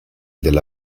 della